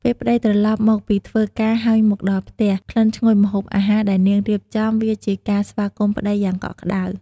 ពេលប្តីត្រឡប់មកពីធ្វើការហើយមកដល់ផ្ទះ ក្លិនឈ្ងុយម្ហូបអាហារដែលនាងរៀបចំ វាជាការស្វាគមន៍ប្ដីយ៉ាងកក់ក្ដៅ។